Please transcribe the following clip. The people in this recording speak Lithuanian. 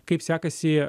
kaip sekasi